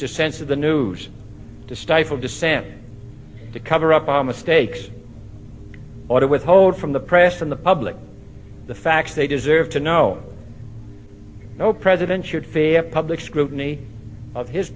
to censor the news to stifle dissent to cover up our mistakes or to withhold from the press from the public the facts they deserve to know no president should fear public scrutiny of his